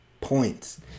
points